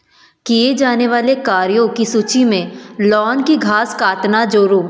किए जाने वाले कार्यों की सूची में लॉन की घास काटना जोड़ो